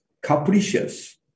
capricious